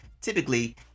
typically